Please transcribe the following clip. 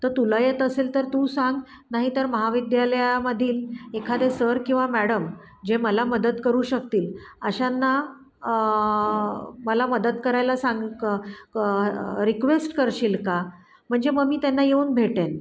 तर तुला येत असेल तर तू सांग नाहीतर महाविद्यालयामधील एखादे सर किंवा मॅडम जे मला मदत करू शकतील अशांना मला मदत करायला सांग क रिक्वेस्ट करशील का म्हणजे मग मी त्यांना येऊन भेटेन